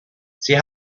sie